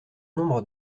nombre